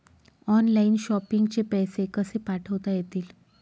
Online shopping चे पैसे कसे पाठवता येतील?